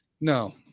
No